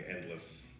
endless